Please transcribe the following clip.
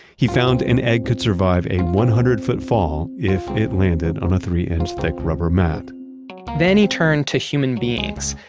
he found an egg could survive a one hundred foot fall if it landed on a three-inch-thick rubber mat then he turned to human beings,